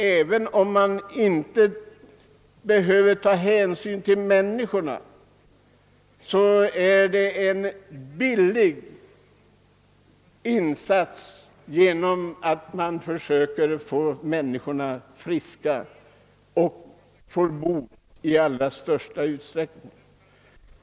Även om man inte behöver ta hänsyn till människorna är det alltså en lönsam insats att försöka göra dem friska i största möjliga utsträckning.